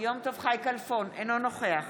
אינו נוכח